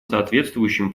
соответствующим